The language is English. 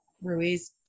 Ruiz